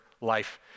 life